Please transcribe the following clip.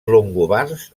longobards